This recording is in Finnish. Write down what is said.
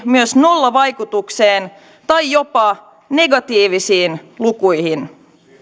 myös nollavaikutukseen tai jopa negatiivisiin lukuihin